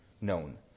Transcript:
known